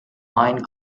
mine